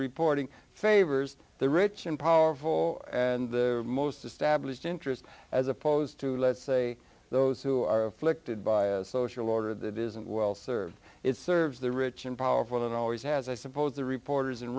reporting favors the rich and powerful and the most established interests as opposed to let's say those who are afflicted by a social order that isn't well served it serves the rich and powerful and always has i suppose the reporters in